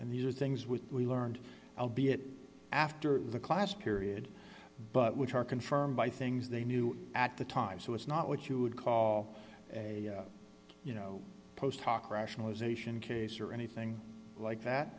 and these are things which we learned i'll be it after the class period but which are confirmed by things they knew at the time so it's not what you would call a you know post hoc rationalization case or anything like that